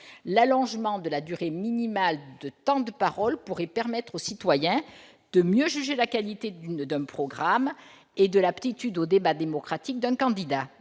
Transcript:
L'allongement de la durée minimale de temps de parole pourrait permettre aux citoyens de mieux juger de la qualité d'un programme et de l'aptitude au débat démocratique d'un candidat.